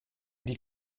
die